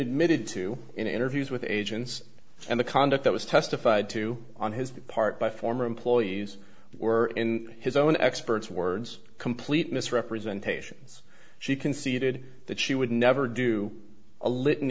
admitted to in interviews with agents and the conduct that was testified to on his part by former employees were in his own experts words complete misrepresentations she conceded that she would never do a